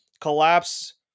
collapse